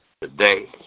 Today